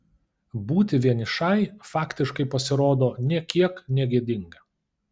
būti vienišai faktiškai pasirodo nė kiek negėdinga